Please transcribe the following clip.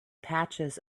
patches